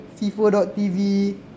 FIFO.TV